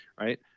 Right